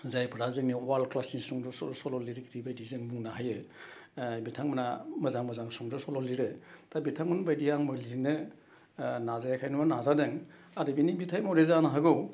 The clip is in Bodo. जायफ्रा जोंनि वाल क्लासिक सुंद' सल' सल' लिरगिरि बायदि जों नुनो हायो बिथांमोना मोजां मोजां सुंद' सल' लिरो दा बिथांमोन बायदिया आंबो लिरनो नाजायाखै नङा नाजादों आरो बिनि बिथाइ महरै जानो हागौ